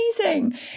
amazing